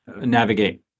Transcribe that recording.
navigate